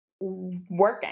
working